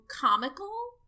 comical